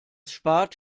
spart